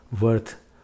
worth